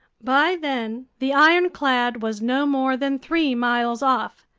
by then the ironclad was no more than three miles off.